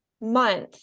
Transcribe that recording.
month